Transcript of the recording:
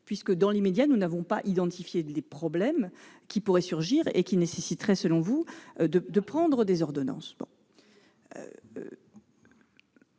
puisque, pour l'heure, nous n'avons pas identifié les problèmes qui pourraient surgir et qui nécessiteraient, selon vous, de prendre des ordonnances.